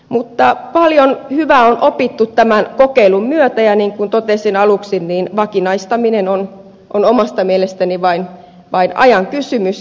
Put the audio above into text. mutta paljon hyvää on opittu tämän kokeilun myötä ja niin kuin totesin aluksi vakinaistaminen on omasta mielestäni vain ajan kysymys